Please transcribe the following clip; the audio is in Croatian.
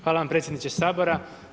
Hvala vam predsjedniče Sabora.